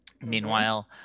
Meanwhile